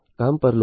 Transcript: કામ પર લોકો